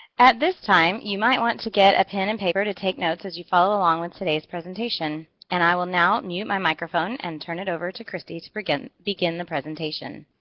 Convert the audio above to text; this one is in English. at this time, you might want to get a pen and paper to take notes as you follow along with today's presentation and i will now mute my microphone and turn it over to kristie to begin begin the presentation.